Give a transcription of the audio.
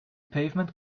pavement